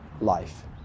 life